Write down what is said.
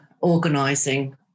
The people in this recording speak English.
organising